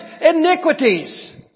Iniquities